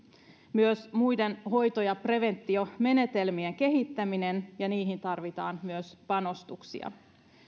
myös muiden hoito ja preventiomenetelmien kehittäminen ja myös niihin tarvitaan panostuksia